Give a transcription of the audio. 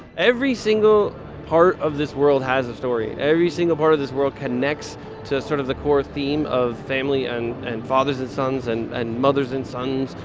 every single part of this world has a story. every single part of this world connects to sort of the core theme of family, and and fathers and sons, and and mothers and sons,